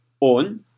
on